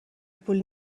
پول